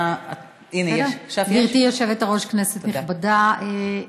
כנסת נכבדה,